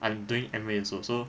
I am doing Amway also so